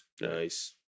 nice